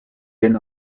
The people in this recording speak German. den